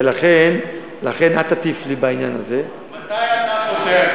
ולכן אל תטיף לי בעניין הזה, מתי אתה חותם?